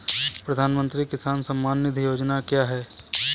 प्रधानमंत्री किसान सम्मान निधि योजना क्या है?